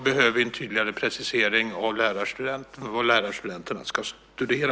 Behöver vi en tydligare precisering av vad lärarstudenterna ska studera?